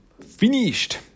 finished